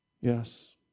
Yes